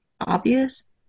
obvious